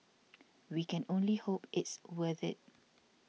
we can only hope it's worth it